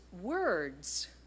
words